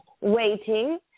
waiting